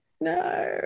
No